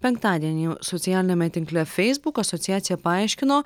penktadienį socialiniame tinkle feisbuk asociacija paaiškino